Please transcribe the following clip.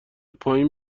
پایین